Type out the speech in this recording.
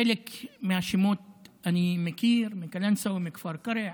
חלק מהשמות אני מכיר מקלנסווה או מכפר קרע.